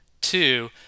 Two